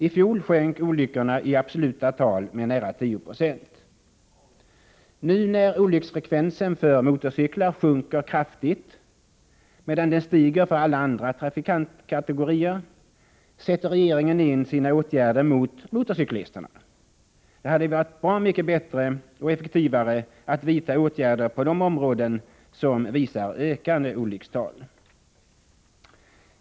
I fjol sjönk olyckorna i absoluta tal med nära 10 96. Nu när olycksfrekvensen för motorcyklar sjunker kraftigt, medan den stiger för alla andra trafikantkategorier, sätter regeringen in sina åtgärder mot motorcyklisterna. Det hade varit bra mycket bättre och effektivare att vidta åtgärder på de områden som visar ökande olyckstal.